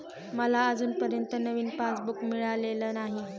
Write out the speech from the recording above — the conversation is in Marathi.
मला अजूनपर्यंत नवीन पासबुक मिळालेलं नाही